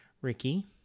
Ricky